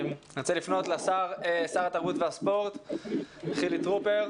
אני רוצה לפנות לשר התרבות והספורט, חילי טרופר.